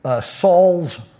Saul's